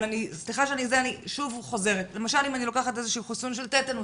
אבל למשל אם אני לוקחת חיסון של טטנוס,